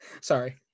Sorry